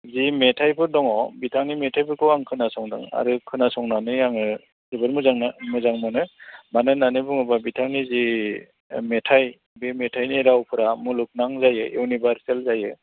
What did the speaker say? जि मेथाइफोर दङ बिथांनि मेथाइफोरखौ आं खोनासंदों आरो खोनासंनानै आङो जोबोर मोजां मोनो मानो होननानै बुङोबा बिथांनि जि मेथाइ बे मेथाइनि रावफोरा मुलुगनां जायो इयुनिभार्सेल जायो